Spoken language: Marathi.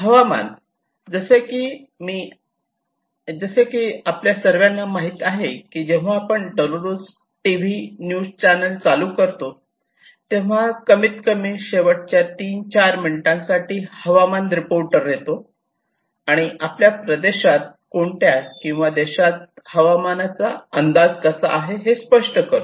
हवामान जसे की आपल्या सर्वांना माहित आहे की जेव्हा आपण दररोज टीव्ही न्यूज चॅनेल चालू करतो तेव्हा कमीतकमी शेवटच्या 3 4 मिनिटांसाठी हवामान रिपोर्टर येतो आणि आपल्या प्रदेशात किंवा देशात हवामानाचा अंदाज कसा आहे हे स्पष्ट करते